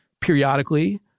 periodically